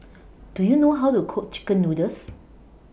Do YOU know How to Cook Chicken Noodles